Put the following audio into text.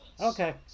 Okay